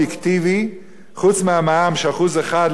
חוץ מהמע"מ, ש-1% לעניים זה מאוד קשה,